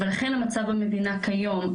ולכן המצב במדינה כיום,